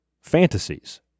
fantasies